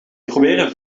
proberen